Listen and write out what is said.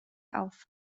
auf